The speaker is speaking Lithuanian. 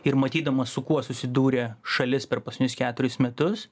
ir matydamas su kuo susidūrė šalis per paskutinius keturis metus